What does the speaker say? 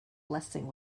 blessing